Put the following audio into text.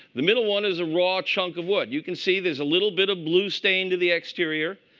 the middle one is a raw chunk of wood. you can see there's a little bit of blue stain to the exterior.